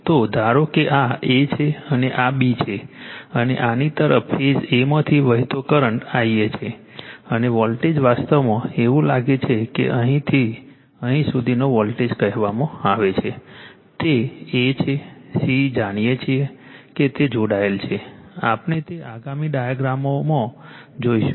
તો ધારો કે આ a છે અને આ b છે અને આની તરફ ફેઝ a માંથી વહેતો કરંટ Ia છે અને વોલ્ટેજ વાસ્તવમાં એવું લાગે છે કે અહીંથી અહીં સુધીનો વોલ્ટેજ કહેવામાં આવે છે તે a છે c જાણીએ છીએ કે તે જોડાયેલ છે આપણે તે આગામી ડાયાગ્રામઓમાં જોઈશું